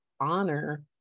honor